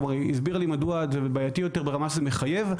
היא כבר הסבירה לי מדוע זה בעייתי יותר ברמה שזה מחייב,